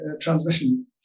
transmission